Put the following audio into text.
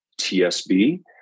TSB